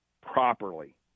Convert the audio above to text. properly